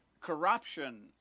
corruption